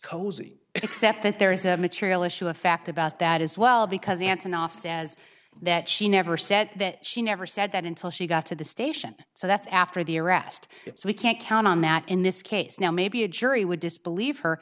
cozy except that there is a material issue a fact about that as well because antonov says that she never said that she never said that until she got to the station so that's after the arrest so we can't count on that in this case now maybe a jury would disbelieve her